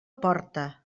porta